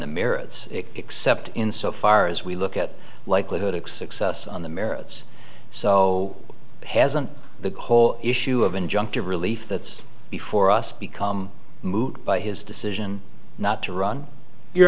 the merits except in so far as we look at likelihood of success on the merits so hasn't the whole issue of injunctive relief that's before us become moot by his decision not to run your